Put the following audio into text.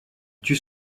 tue